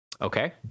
Okay